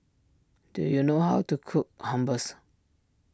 do you know how to cook Hummus